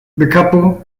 couple